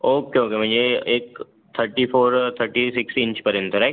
okay okay म्हणजे एक thirty four thirty six इंचपर्यंत राईट